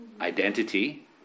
identity